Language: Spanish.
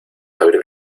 abrir